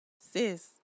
sis